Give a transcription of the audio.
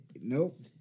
Nope